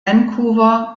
vancouver